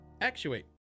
Actuate